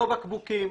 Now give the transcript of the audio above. לא בקבוקים,